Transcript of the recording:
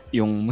yung